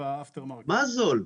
מה זול?